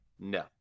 No